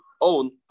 own